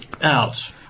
out